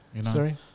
Sorry